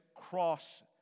cross